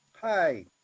Hi